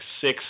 six